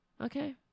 Okay